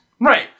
right